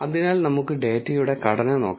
അതിനാൽ നമുക്ക് ഡാറ്റയുടെ ഘടന നോക്കാം